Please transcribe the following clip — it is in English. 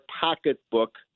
pocketbook